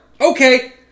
okay